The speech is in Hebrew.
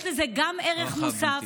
יש לזה גם ערך מוסף,